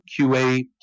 QA